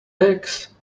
eggs